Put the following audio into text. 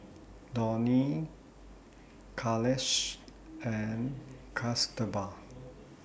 Dhoni Kailash and Kasturba